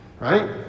right